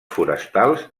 forestals